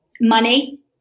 money